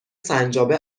سنجابه